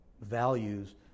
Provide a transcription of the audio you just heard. values